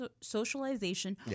socialization